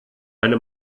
eine